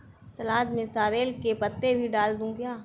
सलाद में सॉरेल के पत्ते भी डाल दूं क्या?